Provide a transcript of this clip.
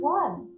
one